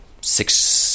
six